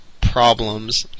problems